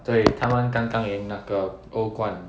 对他们刚刚赢那个 O_ 冠